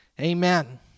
Amen